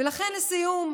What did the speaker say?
ולכן, לסיום,